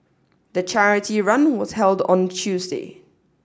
the charity run was held on Tuesday